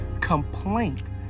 complaint